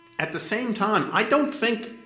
at the same time, i don't think